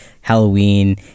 Halloween